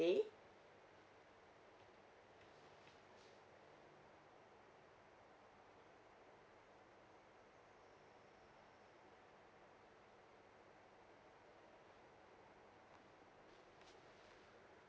today